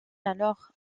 alors